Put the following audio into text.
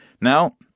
Now